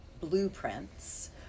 blueprints